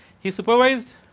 he supervised